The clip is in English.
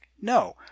No